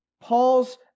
Paul's